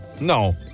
No